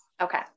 Okay